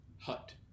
hut